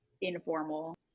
informal